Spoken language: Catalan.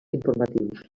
informatius